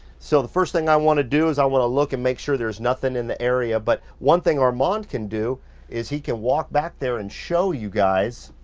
so the first think i want to do is i want to look and make sure there's nothing in the area. but one thing armand can do is he can walk back there and show you guys